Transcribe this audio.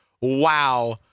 Wow